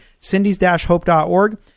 cindys-hope.org